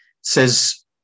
Says